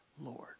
Lord